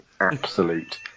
absolute